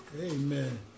Amen